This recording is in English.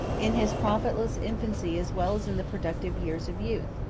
in his profitless infancy as well as in the productive years of youth.